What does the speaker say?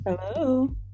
hello